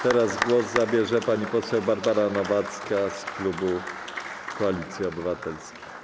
Teraz głos zabierze pani poseł Barbara Nowacka z klubu Koalicji Obywatelskiej.